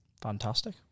Fantastic